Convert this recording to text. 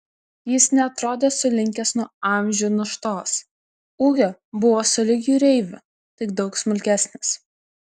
jis neatrodė sulinkęs nuo amžių naštos ūgio buvo sulig jūreiviu tik daug smulkesnis